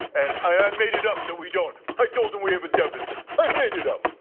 and i made it up that we don't, i told him we have a deficit, i made it up.